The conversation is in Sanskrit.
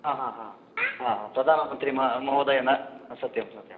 हा हा हा हा प्रधानमन्त्री म महोदयेन ह सत्यं सत्यम्